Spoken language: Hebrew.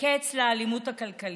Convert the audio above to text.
קץ לאלימות הכלכלית.